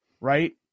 right